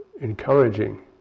encouraging